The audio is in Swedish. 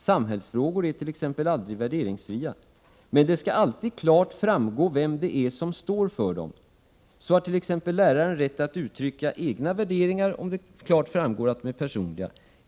Samhällsfrågor är t ex aldrig värderingsfria. Men det skall alltid klart framgå vem det är som står för dem. Så har tex läraren rätt att uttrycka egna värderingar om det klart framgår att de är personliga.